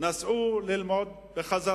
נסעו חזרה ללמוד,